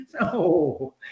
No